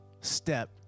step